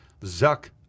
Zuck